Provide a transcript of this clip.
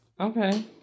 okay